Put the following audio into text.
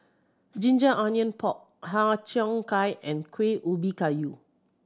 ginger onion pork Har Cheong Gai and Kuih Ubi Kayu